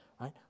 right